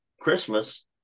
Christmas